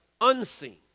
unseen